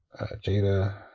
jada